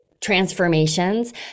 transformations